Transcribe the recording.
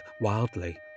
wildly